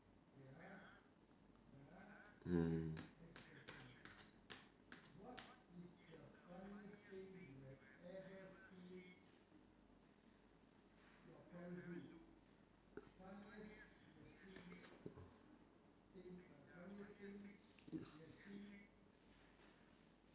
mm